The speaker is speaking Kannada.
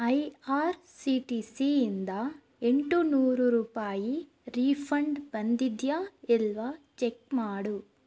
I R C T C ಇಂದ ಎಂಟು ನೂರು ರೂಪಾಯಿ ರೀಫಂಡ್ ಬಂದಿದೆಯಾ ಇಲ್ವಾ ಚೆಕ್ ಮಾಡು